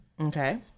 Okay